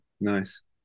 Nice